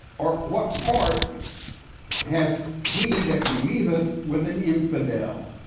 or what part hath he that believeth with an infidel?